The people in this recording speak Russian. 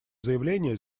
заявление